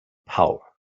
power